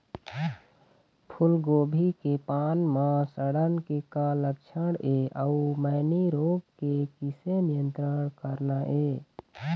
फूलगोभी के पान म सड़न के का लक्षण ये अऊ मैनी रोग के किसे नियंत्रण करना ये?